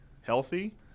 healthy